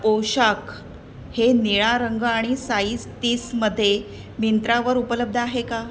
पोशाख हे निळा रंग आणि साईस तीसमध्ये मिंत्रावर उपलब्ध आहे का